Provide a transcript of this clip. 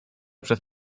przez